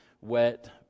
wet